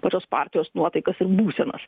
pačios partijos nuotaikas ir būsenas